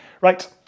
Right